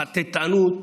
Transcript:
חטטנות